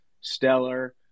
Stellar